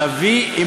להביא,